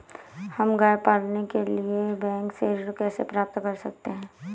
हम गाय पालने के लिए बैंक से ऋण कैसे प्राप्त कर सकते हैं?